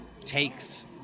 takes